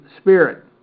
spirit